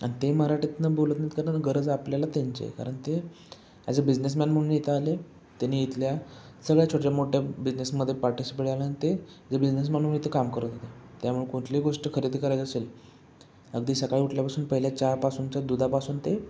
आणि ते मराठीतून बोलत नाहीत कारण गरज आपल्याला आहे त्यांची कारण ते ॲज अ बिझनेसमॅन म्हणून इथं आले त्यांनी इथल्या सगळ्या छोट्या मोठ्या बिझनेसमध्ये पार्टीसिपेट आल्यानं ते जे बिझनेसमॅन म्हणून इथं काम करत होते त्यामुळं कुठलीही गोष्टी खरेदी करायचं असेल अगदी सकाळी उठल्यापासून पहिल्या चहापासूनच्या दुधापासून ते